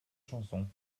chansons